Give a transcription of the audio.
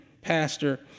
pastor